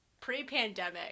pre-pandemic